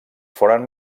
foren